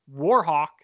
Warhawk